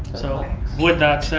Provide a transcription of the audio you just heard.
so with that said,